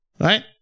right